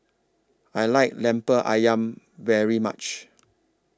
I like Lemper Ayam very much